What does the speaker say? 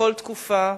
בכל תקופה,